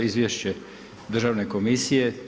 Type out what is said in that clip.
Izvješće Državne komisije.